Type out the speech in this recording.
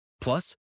Plus